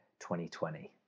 2020